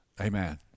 Amen